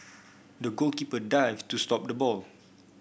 the goalkeeper dived to stop the ball